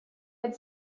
had